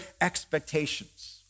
expectations